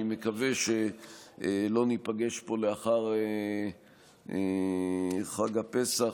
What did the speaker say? אני מקווה שלא ניפגש פה לאחר חג הפסח